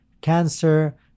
cancer